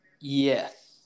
Yes